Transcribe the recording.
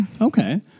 Okay